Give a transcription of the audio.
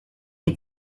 est